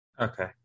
Okay